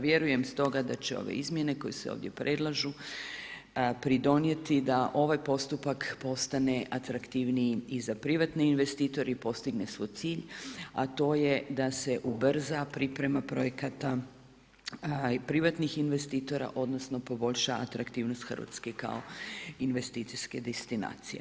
Vjerujem stoga da će ove izmjene koje se ovdje predlažu pridonijeti da ovaj postupak postane atraktivniji i za privatne investitore i postigne svoj cilj a to je da se ubrza priprema projekata privatnih investitora odnosno poboljša atraktivnost Hrvatske kao investicijske destinacije.